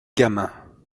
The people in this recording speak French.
gamin